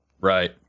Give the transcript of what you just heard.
Right